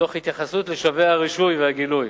תוך התייחסות לשלבי הרישוי והגילוי